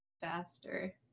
Faster